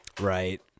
Right